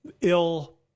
Ill